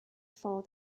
for